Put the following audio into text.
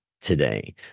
today